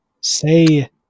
say